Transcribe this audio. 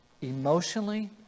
emotionally